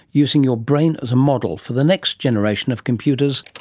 using your brain as a model for the next generation of computers,